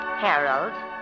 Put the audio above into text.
Harold